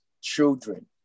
children